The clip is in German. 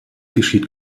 geschieht